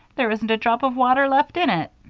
there isn't a drop of water left in it.